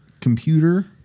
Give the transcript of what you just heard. computer